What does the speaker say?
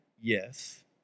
yes